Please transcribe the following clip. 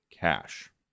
cash